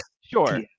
sure